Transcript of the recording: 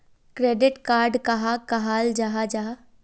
Credit card कहाक कहाल जाहा जाहा?